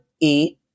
eat